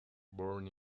born